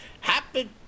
happy